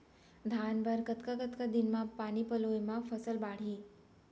धान बर कतका कतका दिन म पानी पलोय म फसल बाड़ही?